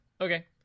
Okay